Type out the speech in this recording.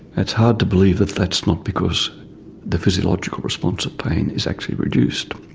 it's hard to believe that that's not because the physiological response of pain is actually reduced.